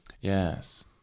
yes